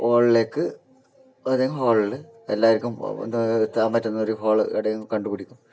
ഹോളിലേക്ക് ഒരേ ഹോളിൽ എല്ലാവർക്കും എത്താൻ പറ്റുന്ന ഒരു ഹോൾ എവിടെയെന്നു കണ്ടുപിടിക്കും